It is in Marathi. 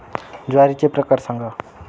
ज्वारीचे प्रकार सांगा